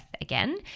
again